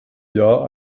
jahr